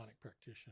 practitioner